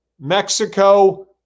Mexico